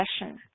session